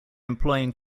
employing